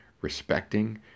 respecting